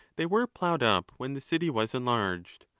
they were ploughed up when the city was enlarged.